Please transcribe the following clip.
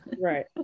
Right